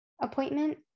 appointment